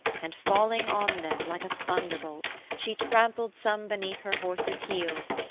and, falling on them like a thunderbolt, she trampled some beneath her horses' heels,